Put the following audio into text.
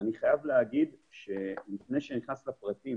אני חייב להגיד לפני שאני נכנס לפרטים